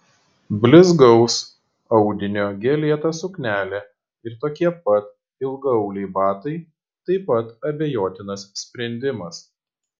blizgaus audinio gėlėta suknelė ir tokie pat ilgaauliai batai taip pat abejotinas sprendimas